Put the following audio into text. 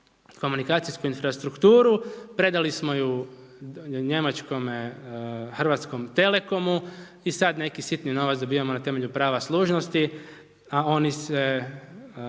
komunikacijsku infrastrukturu, predali smo ju njemačkom HT-u i sad neki sitni novac dobivamo na temelju prava služnosti, a oni se